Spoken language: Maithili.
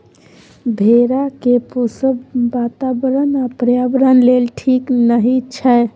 भेड़ा केँ पोसब बाताबरण आ पर्यावरण लेल ठीक नहि छै